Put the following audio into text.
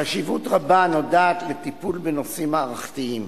חשיבות רבה נודעת לטיפול בנושאים מערכתיים